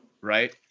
right